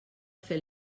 fer